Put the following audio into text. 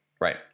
Right